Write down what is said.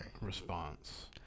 response